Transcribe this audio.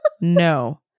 no